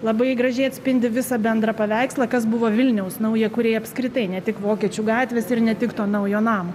labai gražiai atspindi visą bendrą paveikslą kas buvo vilniaus naujakuriai apskritai ne tik vokiečių gatvės ir ne tik to naujo namo